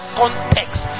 context